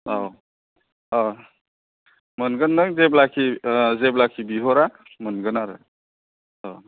औ मोनगोन नों जेब्लाखि जेब्लाखि बिहरा मोनगोन आरो